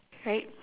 right